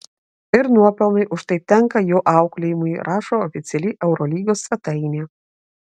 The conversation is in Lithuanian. ir nuopelnai už tai tenka jo auklėjimui rašo oficiali eurolygos svetainė